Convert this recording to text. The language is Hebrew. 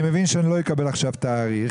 אני מבין שאני לא אקבל עכשיו תאריך,